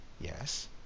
yes